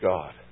God